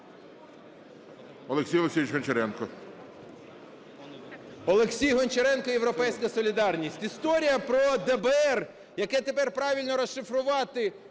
Олексій Гончаренко, "Європейська солідарність". Історія про ДБР, яке тепер правильно розшифрувати,